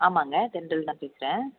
ஆமாம்ங்க தென்றல் தான் பேசுறேன்